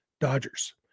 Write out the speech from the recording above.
Dodgers